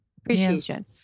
Appreciation